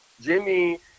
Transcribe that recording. Jimmy